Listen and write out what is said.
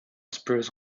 spruce